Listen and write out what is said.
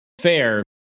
fair